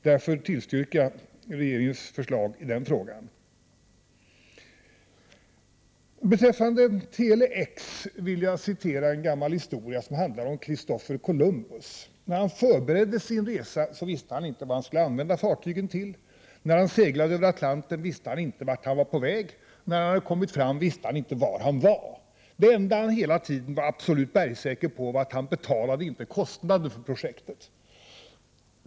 Därför tillstyrker vi regeringens förslag i denna fråga. Beträffande Tele-X vill jag återge en gammal historia som handlar om Christofer Columbus. När han förberedde sin resa visste han inte vad han skulle använda fartyget till. När han seglade över Atlanten visste han inte vart han var på väg. När han hade kommit fram visste han inte var han var. Det enda han hela tiden var absolut bergsäker på var att han inte betalade kostnaderna för projektet.